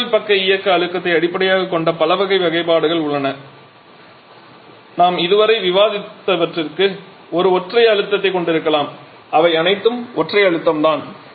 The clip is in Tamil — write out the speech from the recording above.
நீராவி பக்க இயக்க அழுத்தத்தை அடிப்படையாகக் கொண்ட பல வகை வகைப்பாடுகள் உள்ளன நாம் இதுவரை விவாதித்தவற்றிற்கு ஒரு ஒற்றை அழுத்தத்தைக் கொண்டிருக்கலாம் அவை அனைத்தும் ஒற்றை அழுத்தம் தான்